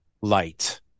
light